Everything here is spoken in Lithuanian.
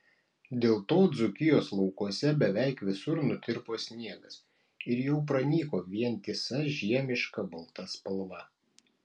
dėl to dzūkijos laukuose beveik visur nutirpo sniegas ir jau pranyko vientisa žiemiška balta spalva